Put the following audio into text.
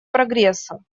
прогресса